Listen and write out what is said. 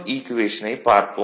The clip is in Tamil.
ஈக்குவேஷனைப் பார்ப்போம்